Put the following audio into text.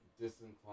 disinclined